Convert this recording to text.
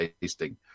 tasting